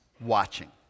watching